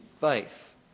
faith